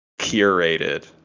curated